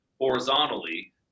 horizontally